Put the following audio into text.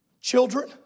children